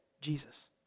Jesus